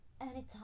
anytime